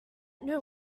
know